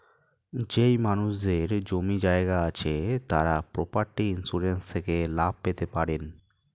যেই মানুষদের জমি জায়গা আছে তারা প্রপার্টি ইন্সুরেন্স থেকে লাভ পেতে পারেন